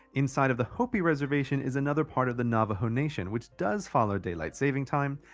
inside of the hopi reservation is another part of the navaho nation which does follow daylight saving time.